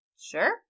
sure